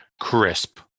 crisp